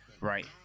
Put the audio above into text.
right